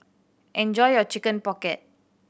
enjoy your Chicken Pocket